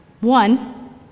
One